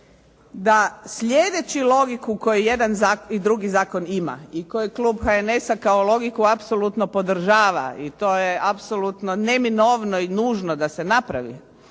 da slijedeći logiku koju jedan i drugi zakon ima i koji klub HNS-a kao logiku apsolutno podržava i to je apsolutno neminovno i nužno da se napravi.